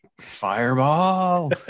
fireball